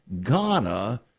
Ghana